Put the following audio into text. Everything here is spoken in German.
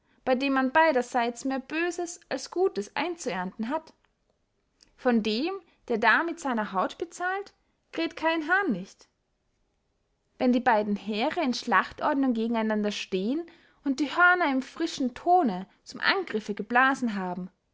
bey dem man beiderseits mehr böses als gutes einzuerndten hat von dem der da mit seiner haut bezahlt kräht kein hahn nicht wenn die beyden heere in schlachtordnung gegen einander stehen und die hörner im frischern tone zum angriffe geblasen haben